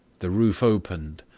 the roof opened,